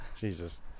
Jesus